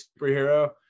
superhero